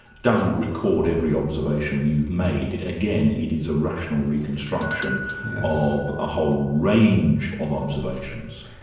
doesn't record every observation you've made, again it is a rational reconstruction of a whole range of observations.